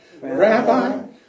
Rabbi